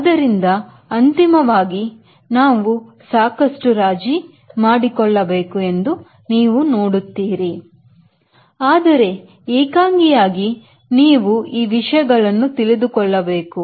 ಆದ್ದರಿಂದ ಅಂತಿಮವಾಗಿ ನಾವು ಸಾಕಷ್ಟು ರಾಜಿ ಮಾಡಿಕೊಳ್ಳಬೇಕು ಎಂದು ನೀವು ನೋಡುತ್ತೀರಿ ಆದರೆ ಏಕಾಂಗಿ ಏಕಾಂಗಿಯಾಗಿ ನೀವು ಈ ವಿಷಯಗಳನ್ನು ತಿಳಿದುಕೊಳ್ಳಬೇಕು